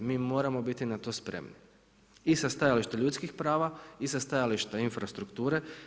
Mi moramo biti na to spremni i sa stajališta ljudskih prava i sa stajališta infrastrukture.